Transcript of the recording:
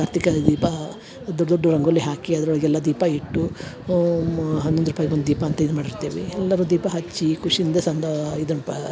ಕಾರ್ತಿಕ ದೀಪ ದೊಡ್ಡ ದೊಡ್ಡು ರಂಗೋಲಿ ಹಾಕಿ ಅದರೊಳಗೆ ಎಲ್ಲ ದೀಪ ಇಟ್ಟು ಅ ಮ ಹನ್ನೊಂದು ರೂಪಾಯಿಗೆ ಒಂದು ದೀಪ ಅಂತ ಇದು ಮಾಡಿರ್ತೇವಿ ಎಲ್ಲರು ದೀಪ ಹಚ್ಚಿ ಖುಷಿಯಿಂದ ಸಂದೊ ಇದನ್ನ ಪಾ